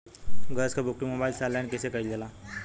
Gas क booking mobile से online कईसे कईल जाला?